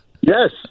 Yes